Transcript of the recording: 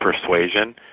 Persuasion